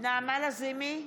נעמה לזימי,